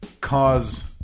cause